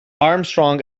armstrong